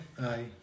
Aye